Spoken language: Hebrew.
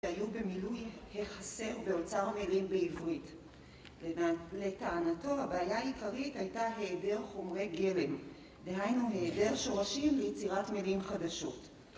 היו במילוי החסר באוצר מילים בעברית, לטענתו הבעיה העיקרית הייתה היעדר חומרי גלם, דהיינו, היעדר שורשים ליצירת מילים חדשות.